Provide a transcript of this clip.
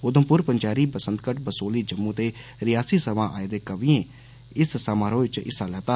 उधमप्र पंचैरी बसंतगढ़ बसोहली जम्मू ते रियासी समां आए दे कवियें इस समारोह च हिस्सा लैता